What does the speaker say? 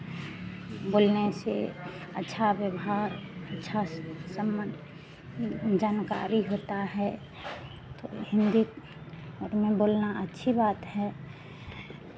बोलने से अच्छा व्यवहार अच्छा से सम्मान जानकारी होता है तो हिन्दी और में बोलना अच्छी बात है